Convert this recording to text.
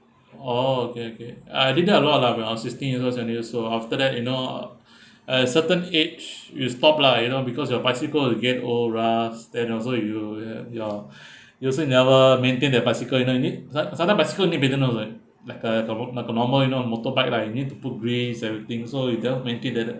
oh okay okay I did that a lot lah when I was sixteen years old seventeen years old after that you know at certain age you stop lah you know because your bicycle to get old rust then also you uh your you also never maintain the bicycle you know need some sometimes bicyble need like uh the mo~ the motor oil you know motorbike lah you need to put grease everything so you cannot make it then